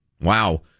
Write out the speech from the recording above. Wow